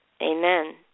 Amen